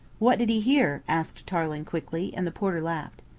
what did he hear? asked tarling quickly, and the porter laughed.